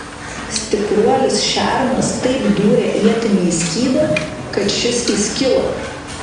stipruolis šernas taip dūrė ietimi į skydą kad šis įskilo